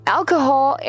Alcohol